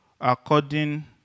According